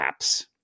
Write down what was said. apps